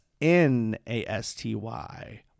n-a-s-t-y